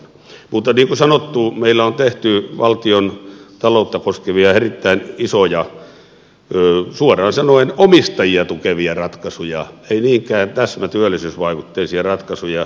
mutta niin kuin sanottu meillä on tehty valtiontaloutta koskevia erittäin isoja suoraan sanoen omistajia tukevia ratkaisuja ei niinkään täsmätyöllisyysvaikutteisia ratkaisuja